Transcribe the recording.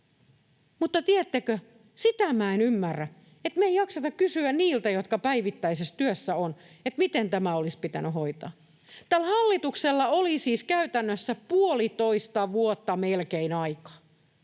Mutta, tiedättekö, sitä minä en ymmärrä, että me ei jakseta kysyä niiltä, jotka ovat päivittäisessä työssä, miten tämä olisi pitänyt hoitaa. Tällä hallituksella oli siis käytännössä melkein puolitoista vuotta aikaa.